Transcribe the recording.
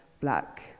black